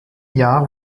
jahr